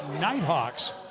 Nighthawks